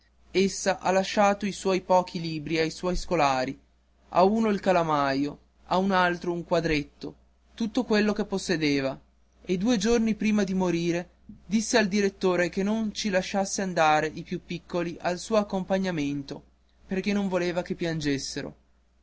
essa ha lasciato i suoi pochi libri ai suoi scolari a uno un calamaio a un altro un quadernetto tutto quello che possedeva e due giorni prima di morire disse al direttore che non ci lasciasse andare i più piccoli al suo accompagnamento perché non voleva che